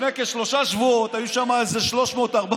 לפני כשלושה שבועות, היו שם איזה 300 400 איש,